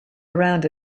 around